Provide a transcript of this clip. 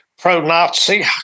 pro-Nazi